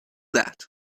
that